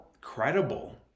credible